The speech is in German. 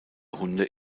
hunde